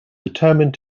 determined